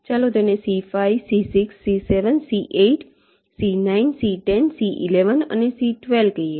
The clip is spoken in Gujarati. ચાલો તેને C5 C6 C7 C8 C9 C10 C11 અને C12 કહીએ